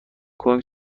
کنگ